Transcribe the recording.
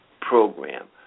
program